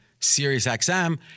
SiriusXM